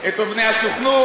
אדוני.